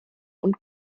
und